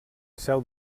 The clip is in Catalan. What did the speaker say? seu